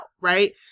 right